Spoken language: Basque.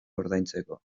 ordaintzeko